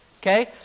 okay